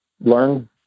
learn